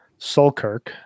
Sulkirk